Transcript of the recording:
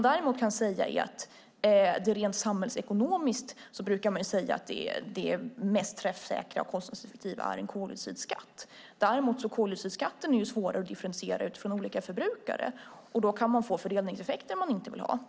Däremot brukar man rent samhällsekonomiskt säga att det mest träffsäkra och kostnadseffektiva är en koldioxidskatt. Men koldioxidskatten är svårare att differentiera utifrån olika förbrukare, och då kan man få fördelningseffekter som man inte vill ha.